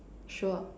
sure